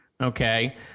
okay